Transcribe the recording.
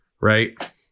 Right